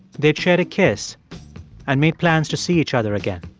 they'd shared a kiss and made plans to see each other again